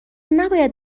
نباید